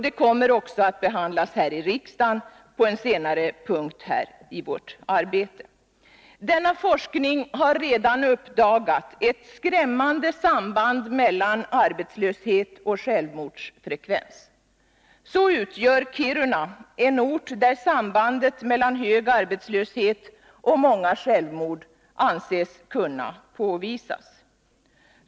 Det kommer även att behandlas här i riksdagen under en senare punkt i vårt arbete. Denna forskning har redan uppdagat ett skrämmande samband mellan arbetslöshet och självmordsfrekvens. Kiruna utgör en ort där sambandet mellan hög arbetslöshet och många självmord anses kunna påvisas.